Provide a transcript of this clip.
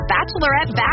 Bachelorette